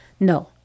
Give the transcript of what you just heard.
No